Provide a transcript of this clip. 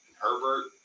Herbert